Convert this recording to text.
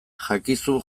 jakizu